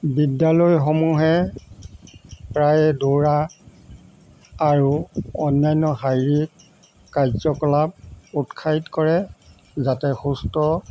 বিদ্যালয়সমূহে প্ৰায়ে দৌৰা আৰু অন্যান্য শাৰিৰীক কাৰ্যকলাপ উৎসাহিত কৰে যাতে সুস্থ